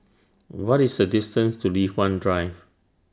What IS The distance to Li Hwan Drive